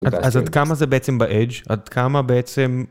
אז עד כמה זה בעצם באדג'? עד כמה בעצם...